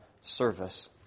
service